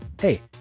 hey